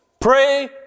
pray